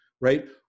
right